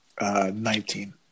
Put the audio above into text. nineteen